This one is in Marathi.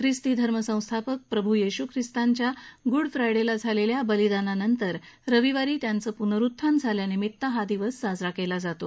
ख्रिस्ती धर्म संस्थापक प्रभू येशू ख्रिस्तांच्या गुड फ्रायडेला झालेल्या बलिदानानंतर रविवारी त्यांचं पुनरुत्थान झाल्यानिमित्त हा दिवस साजरा केला जातो